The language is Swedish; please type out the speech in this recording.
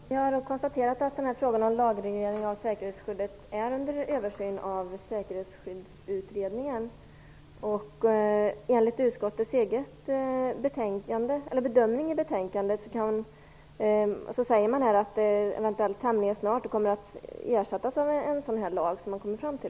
Herr talman! Jag konstaterar att frågan om en lagreglering av säkerhetsskydd ses över av Säkerhetsskyddsutredningen. Enligt utskottets egen bedömning i betänkandet kommer det tämligen snart en ersättande lag här.